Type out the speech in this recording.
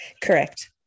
Correct